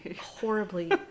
horribly